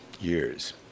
years